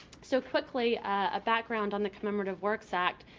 so quickly, a background on the commemorative works act.